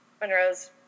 Monroe's